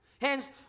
Hence